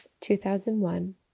2001